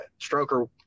Stroker